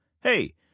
Hey